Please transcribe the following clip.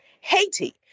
Haiti